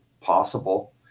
possible